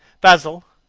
basil,